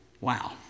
Wow